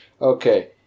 Okay